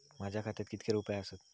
माझ्या खात्यात कितके रुपये आसत?